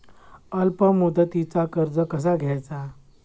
अल्प मुदतीचा कर्ज कसा घ्यायचा?